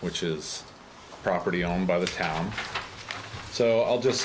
which is property owned by the town so i'll just